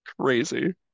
crazy